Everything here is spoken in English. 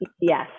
Yes